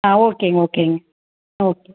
ஆ ஓகேங்க ஓகேங்க ஆ ஓகே